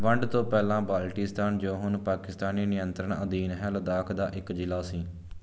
ਵੰਡ ਤੋਂ ਪਹਿਲਾਂ ਬਾਲਟਿਸਤਾਨ ਜੋ ਹੁਣ ਪਾਕਿਸਤਾਨੀ ਨਿਯੰਤਰਣ ਅਧੀਨ ਹੈ ਲੱਦਾਖ ਦਾ ਇੱਕ ਜ਼ਿਲ੍ਹਾ ਸੀ